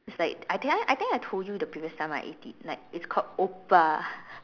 it's like I did I I think I told you the previous time I ate it like it's called oppa